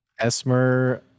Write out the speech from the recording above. Esmer